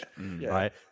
right